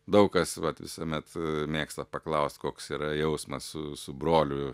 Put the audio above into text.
daug kas vat visuomet mėgsta paklaust koks yra jausmas su su broliu